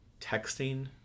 texting